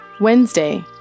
Wednesday